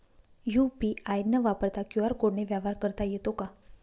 UPI न वापरता QR कोडने व्यवहार करता येतो का?